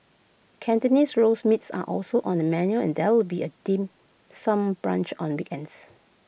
Cantonese Roast Meats are also on the menu and there will be A dim sum brunch on weekends